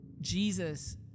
Jesus